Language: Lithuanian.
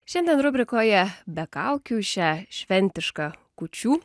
šiandien rubrikoje be kaukių šią šventišką kūčių